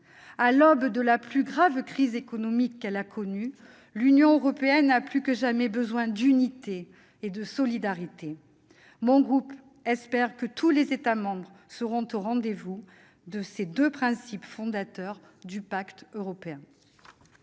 À l'aube de la plus grave crise économique qu'elle a connue, l'Union européenne a plus que jamais besoin d'unité et de solidarité. Mon groupe espère que tous les États membres seront au rendez-vous de ces deux principes fondateurs du pacte européen.